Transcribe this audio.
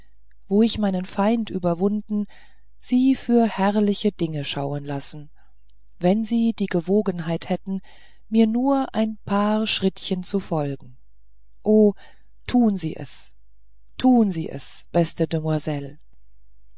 da ich meinen feind überwunden sie für herrliche dinge schauen lassen wenn sie die gewogenheit hätten mir nur ein paar schrittchen zu folgen o tun sie es tun sie es beste